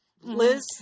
Liz